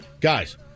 Guys